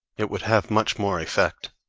it would have much more effect.